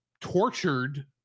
tortured